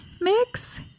mix